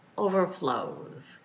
overflows